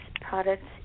products